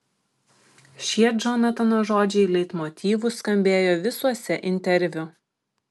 šie džonatano žodžiai leitmotyvu skambėjo visuose interviu